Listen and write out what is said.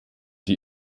die